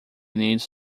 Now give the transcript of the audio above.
needs